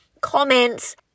comments